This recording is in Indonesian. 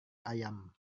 ayam